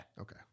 okay